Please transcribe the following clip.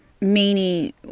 Meaning